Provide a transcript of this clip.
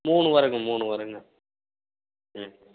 மூணு வரும்ங்க மூணு வரும்ங்க ம்